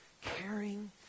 caring